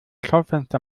schaufenster